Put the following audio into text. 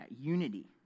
unity